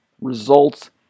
results